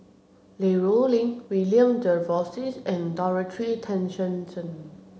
Li Rulin William Jervois and Dorothy Tessensohn